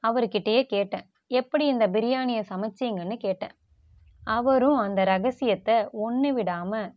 அவருக்கிட்டேயே கேட்டேன் எப்படி இந்த பிரியாணியை சமைச்சிங்கனு கேட்டேன் அவரும் அந்த ரகசியத்தை ஒன்னுவிடாமல்